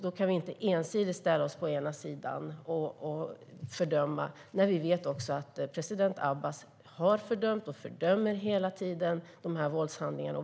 Då kan vi inte ställa oss på ena sidan och fördöma våldshandlingar, och vi vet att också president Abbas har fördömt och hela tiden fördömer våldshandlingarna.